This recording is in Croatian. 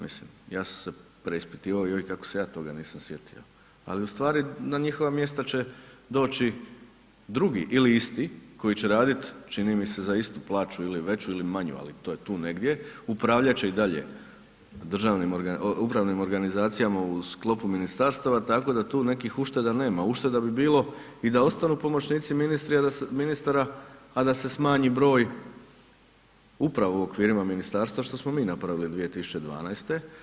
Mislim, ja sam se preispitivao joj, kako se ja toga nisam sjetio ali ustvari na njihova mjesta će doći drugi ili isti koji će radi čini mi se za istu plaću ili veću ili manju ali to je tu negdje, upravljat će i dalje upravnim organizacijama u sklopu ministarstava tako da tu nekih ušteda nema, ušteda bi bilo i da ostanu pomoćnici ministara a da se smanji broj uprave u okvirima ministarstva što smo mi napravili 2012.